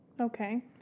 Okay